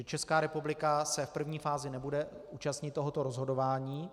Česká republika se v první fázi nebude účastnit tohoto rozhodování.